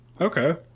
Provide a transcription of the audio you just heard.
Okay